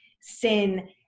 sin